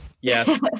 yes